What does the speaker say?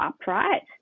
upright